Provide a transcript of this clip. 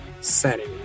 setting